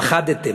פחדתם.